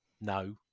no